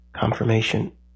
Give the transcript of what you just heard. confirmation